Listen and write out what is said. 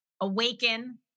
awaken